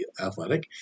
Athletic